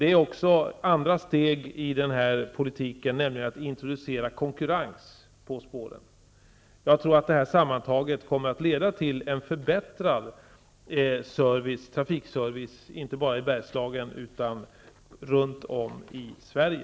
Det finns också andra steg i den här politiken, nämligen att introducera konkurrens på spåren. Jag tror att det sammantaget kommer att leda till en förbättrad trafikservice inte bara i Bergslagen utan även runt om i Sverige.